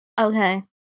okay